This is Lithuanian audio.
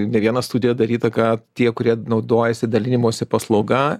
ne viena studija daryta kad tie kurie naudojasi dalinimosi paslauga